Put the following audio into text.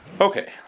Okay